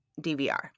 DVR